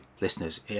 listeners